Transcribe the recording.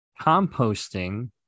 composting